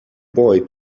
boy